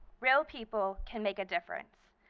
real people can make a difference.